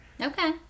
Okay